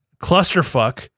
clusterfuck